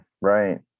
Right